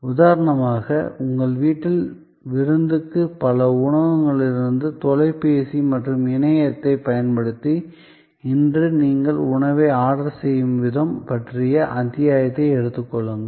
உதாரணமாக உங்கள் வீட்டில் விருந்துக்கு பல உணவகங்களிலிருந்து தொலைபேசி மற்றும் இணையத்தைப் பயன்படுத்தி இன்று நீங்கள் உணவை ஆர்டர் செய்யும் விதம் பற்றிய அத்தியாயத்தை எடுத்துக் கொள்ளுங்கள்